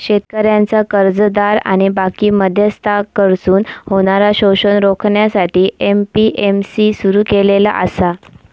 शेतकऱ्यांचा कर्जदार आणि बाकी मध्यस्थांकडसून होणारा शोषण रोखण्यासाठी ए.पी.एम.सी सुरू केलेला आसा